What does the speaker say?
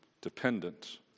dependent